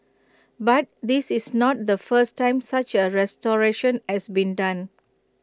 but this is not the first time such A restoration has been done